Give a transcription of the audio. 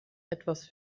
etwas